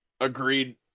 agreed